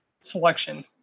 selection